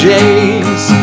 James